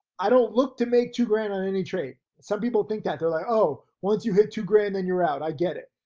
i don't look to make two grand on any trade. some people think that they're like oh, once you hit two grand, then you're out. i get it,